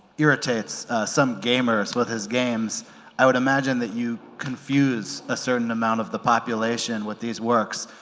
irritates some gamers with his games i would imagine that you confuse a certain amount of the population with these works